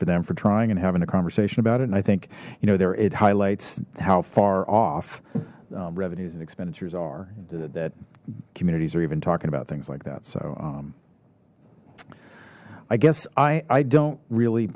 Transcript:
for them for trying and having a conversation about it and i think you know there it highlights how far off revenues and expenditures are that communities are even talking about things like that so i guess i i don't really